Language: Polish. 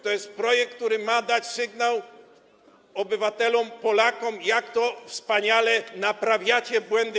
To jest projekt, który ma dać sygnał obywatelom, Polakom, jak to wspaniale naprawiacie błędy